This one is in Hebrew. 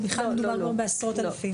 או בכלל מדובר על עשרות אלפים?